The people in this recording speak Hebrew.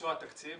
מביצוע התקציב